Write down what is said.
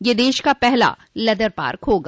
यह देश का पहला लेदर पार्क होगा